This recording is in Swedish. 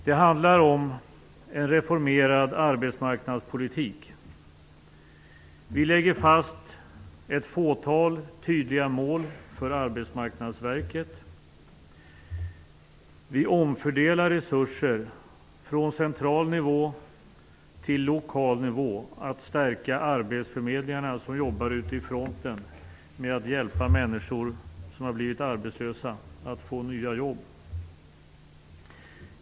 Det handlar om en reformerad arbetsmarknadspolitik. Vi lägger fast ett fåtal tydliga mål för Arbetsmarknadsverket. Vi omfördelar resurser från central nivå till lokal nivå. Det handlar om att stärka arbetsförmedlingarna som jobbar i fronten med att hjälpa människor som har blivit arbetslösa att få nya jobb.